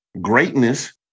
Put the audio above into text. Greatness